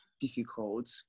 difficult